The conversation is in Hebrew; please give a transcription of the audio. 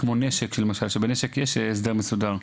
כמו נשק, למשל, שבנשק יש הסדר מסודר.